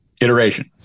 Iteration